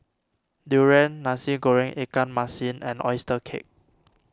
Durian Nasi Goreng Ikan Masin and Oyster Cake